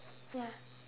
ya